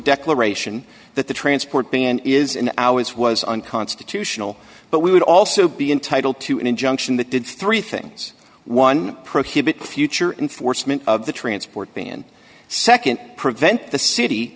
declaration that the transport van is in ours was unconstitutional but we would also be entitled to an injunction that did three things one prohibit future enforcement of the transport b and nd prevent the city